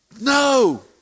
No